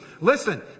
Listen